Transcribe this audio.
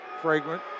fragrant